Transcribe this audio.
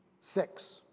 six